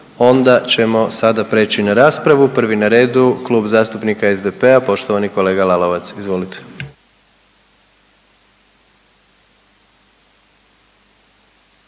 onda otvaram raspravu. Prvi na redu Klub zastupnika SDP-a, poštovani kolega Grbin, izvolite.